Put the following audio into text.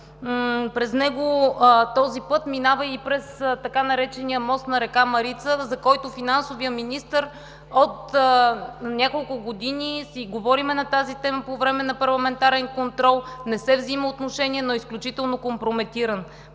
България. Този път минава и през така наречения мост на река Марица, за който с финансовия министър от няколко години си говорим на тази тема по време на парламентарен контрол, не се взима отношение, но е изключително компрометиран.